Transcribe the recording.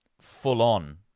full-on